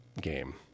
game